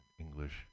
English